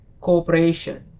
cooperation